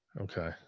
okay